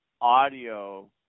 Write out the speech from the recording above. audio